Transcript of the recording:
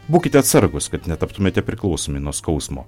būkite atsargūs kad netaptumėte priklausomi nuo skausmo